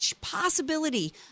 possibility